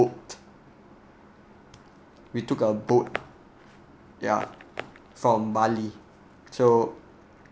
we took a boat ya from bali so